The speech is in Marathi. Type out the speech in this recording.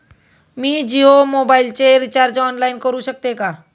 मी जियो मोबाइलचे रिचार्ज ऑनलाइन करू शकते का?